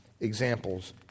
examples